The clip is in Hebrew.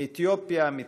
מאתיופיה, מצרפת,